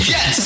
Yes